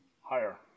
Higher